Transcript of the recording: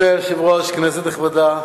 אדוני היושב-ראש, כנסת נכבדה,